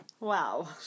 Wow